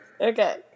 Okay